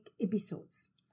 episodes